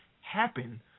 happen